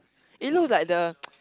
it looks like the